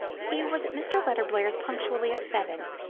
he was at mr. letterblair's punctually at seven,